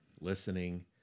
Listening